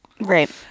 Right